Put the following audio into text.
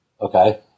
Okay